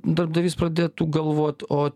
darbdavys pradėtų galvot o